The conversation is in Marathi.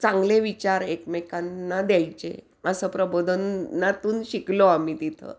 चांगले विचार एकमेकांना द्यायचे असं प्रबोधनातून शिकलो आम्ही तिथं